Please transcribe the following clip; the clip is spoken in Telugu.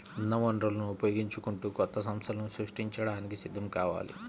ఉన్న వనరులను ఉపయోగించుకుంటూ కొత్త సంస్థలను సృష్టించడానికి సిద్ధం కావాలి